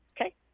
okay